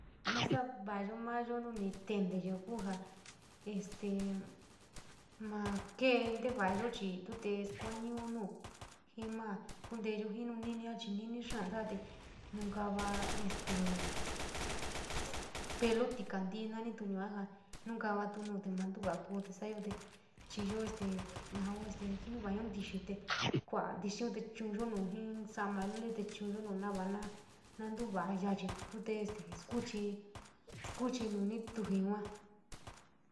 Nasa va´ayo mayo nu ni te´enteyo ku ja este makee nte vayo chi tu te kuaño nu jii ma kuundeyo nu nuu ninia chi nin teaa, nouta este pelo ntokaixii yua ja nuu kavai tu nuu te mantu vaia saiyo te chi yo este xii. Toua iyo nin tini te kaaatixin te chuuyo nu ji in saiama luli te chu´uyo nu nava na ntuva´a yachi tu te teskuchi nu nituji yua.